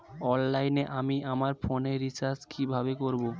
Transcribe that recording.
অনলাইনে আমি আমার ফোনে রিচার্জ কিভাবে করব?